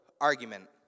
argument